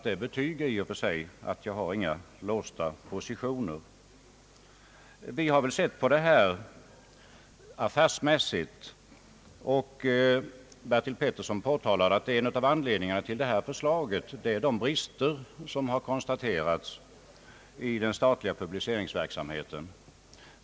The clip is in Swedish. Det betyder i och för sig, att jag inte har några låsta positioner. Vi har sett på denna fråga affärsmässigt. Herr Bertil Petersson framhöll att en av anledningarna till förslaget är de brister som har konstaterats i den statliga publiceringsverksamheten.